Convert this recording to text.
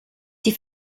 die